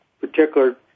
particular